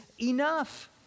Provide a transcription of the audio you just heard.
enough